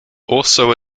also